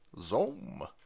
Zoom